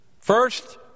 First